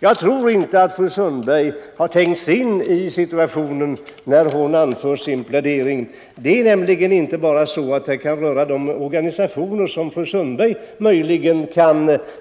Jag tror inte att fru Sundberg hade tänkt sig in i den situationen när hon pläderade för sin linje. Det är nämligen inte så att detta bara kan gälla de organisationer som fru Sundberg möjligen